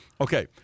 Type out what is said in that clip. Okay